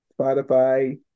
Spotify